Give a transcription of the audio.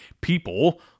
people